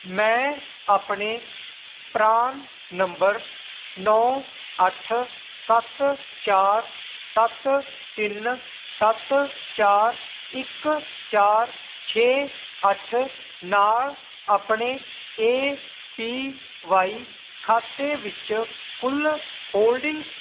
ਮੈਂ ਆਪਣੇ PRAN number ਨੌਂ ਅੱਠ ਸੱਤ ਚਾਰ ਸੱਤ ਤਿੰਨ ਸੱਤ ਚਾਰ ਇੱਕ ਚਾਰ ਛੇ ਅੱਠ ਨਾਲ ਆਪਣੇ ਏ ਪੀ ਵਾਈ ਖਾਤੇ ਵਿੱਚ ਕੁੱਲ ਹੋਲਡਿੰਗਜ਼